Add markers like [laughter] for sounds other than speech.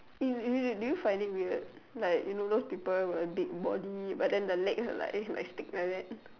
[noise] do you find him weird like you know those people with body body but then the legs are like stick like that